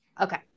Okay